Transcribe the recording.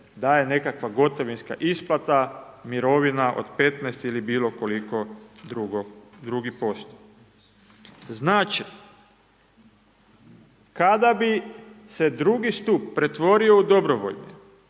daje nekakva gotovinska isplata mirovina od 15 ili bilo koliko drugi posto. Znači kada bi se 2. stup pretvorio u dobrovoljni,